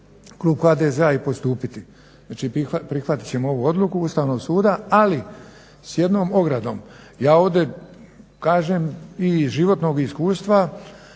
klub HDZ-a postupiti. Znači prihvatit ćemo ovu odluku Ustavnog suda, ali s jednom ogradom. Ja ovdje kažem iz životnog iskustva